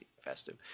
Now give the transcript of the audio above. festive